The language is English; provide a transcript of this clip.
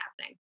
happening